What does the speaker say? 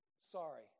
sorry